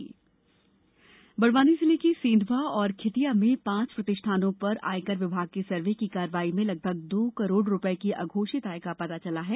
आयकर छापा बड़वानी जिले के सेंधवा और खेतिया में पांच प्रतिष्ठानों पर आयकर विभाग के सर्वे की कार्यवाही में लगभग दो करोड रुपये की अघोषित आय का पता चला है